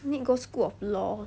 need go school of law